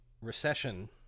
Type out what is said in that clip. recession